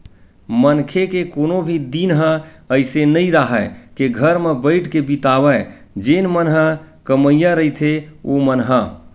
मनखे के कोनो भी दिन ह अइसे नइ राहय के घर म बइठ के बितावय जेन मन ह कमइया रहिथे ओमन ह